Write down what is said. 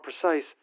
precise